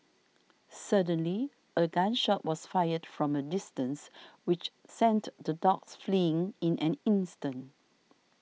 suddenly a gun shot was fired from a distance which sent the dogs fleeing in an instant